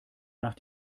nach